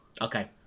Okay